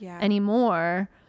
anymore